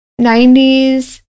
90s